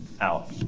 out